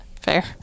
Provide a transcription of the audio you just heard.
Fair